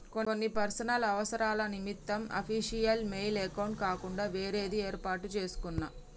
కొన్ని పర్సనల్ అవసరాల నిమిత్తం అఫీషియల్ మెయిల్ అకౌంట్ కాకుండా వేరేది యేర్పాటు చేసుకున్నా